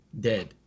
Dead